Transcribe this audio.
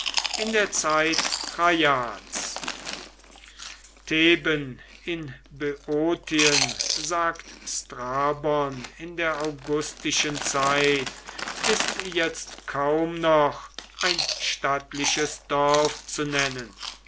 in der zeit traians theben in böotien sagt strabon in der augustischen zeit ist jetzt kaum noch ein stattliches dorf zu nennen